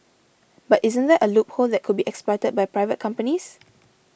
but isn't that a loophole that could be exploited by private companies